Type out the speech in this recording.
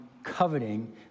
Coveting